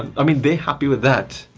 i mean, they're happy with that.